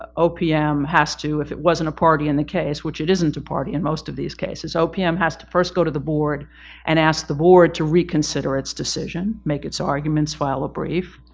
opm has to, if it wasn't a party in the case, which it isn't a party in most of these cases, opm has to first go to the board and ask the board to reconsider its decision, make its so arguments, file a brief.